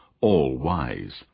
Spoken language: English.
all-wise